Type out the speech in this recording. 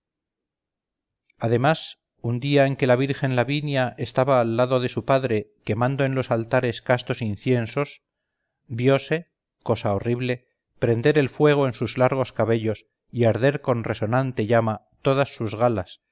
además un día en que la virgen lavinia estaba al lado de su padre quemando en los altares castos inciensos viose cosa horrible prender el fuego en sus largos cabellos y arder con resonante llama todas sus galas